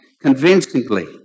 convincingly